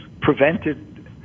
prevented